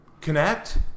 connect